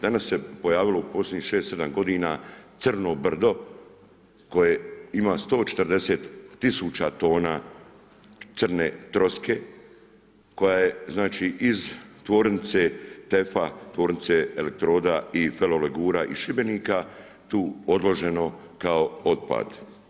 Danas se pojavilo u posljednjih šest, sedam godina crno brdo koje ima 140 000 tona crne troske koja je znači iz tvornice TEF-a tvornice elektroda i ferolegura iz Šibenika tu odloženo kao otpad.